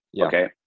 okay